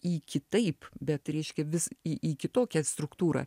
į kitaip bet reiškia vis į į kitokią struktūrą